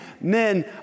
men